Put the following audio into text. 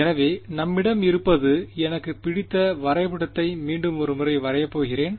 எனவே நம்மிடம் இருப்பது எனக்கு பிடித்த வரைபடத்தை மீண்டும் ஒரு முறை வரையப் போகிறேன்